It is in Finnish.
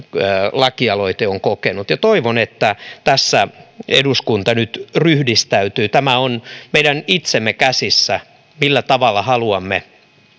lakialoite on kokenut toivon että tässä eduskunta nyt ryhdistäytyy tämä on meidän itsemme käsissä millä tavalla haluamme